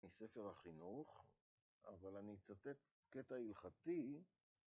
מספר החינוך, אבל אני אצטט קטע הלכתי